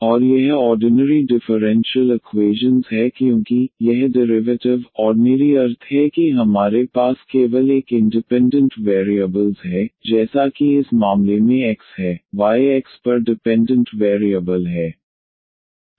और यह ordinary differential equation है क्योंकि यह डेरिवेटिव ऑर्डनेरी अर्थ है कि हमारे पास केवल एक इंडिपेंडेंट वेरिएबल्स है जैसा कि इस मामले में x है y x पर डिपेंडेंट वेरिएबल है